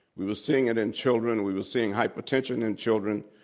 we were seeing it in children. we were seeing hypertension in children.